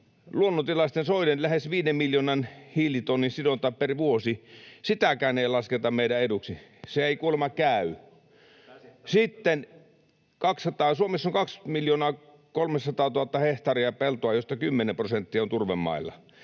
Luonnontilaisten soiden lähes 5 miljoonan hiilitonnin sidonta per vuosi. Sitäkään ei lasketa meidän eduksi. Se ei kuulemma käy. [Petri Huru: Juuri näin, käsittämätöntä!] Sitten Suomessa on 2 300 000 hehtaaria peltoa, josta 10 prosenttia on turvemailla.